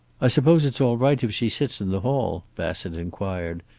i suppose it's all right if she sits in the hall? bassett inquired,